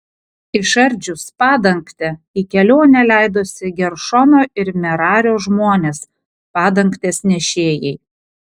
išardžius padangtę į kelionę leidosi geršono ir merario žmonės padangtės nešėjai